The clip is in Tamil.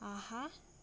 ஆஹா